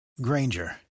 granger